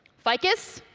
ficus,